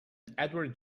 edward